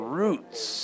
roots